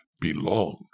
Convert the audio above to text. belong